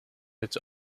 its